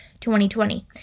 2020